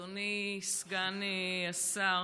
אדוני סגן השר,